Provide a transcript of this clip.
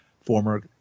former –